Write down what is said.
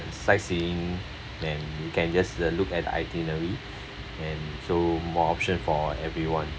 sightseeing and you can just uh look at the itinerary and so more option for everyone